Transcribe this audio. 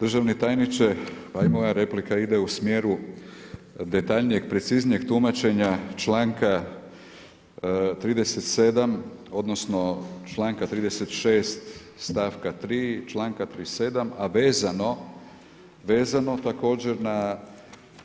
Državni tajniče, pa i moja replika ide u smjeru detaljnijeg, preciznijeg tumačenja članka 37. odnosno članka 36. stavka 3. članka 37. a vezano također na